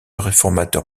réformateur